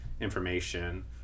information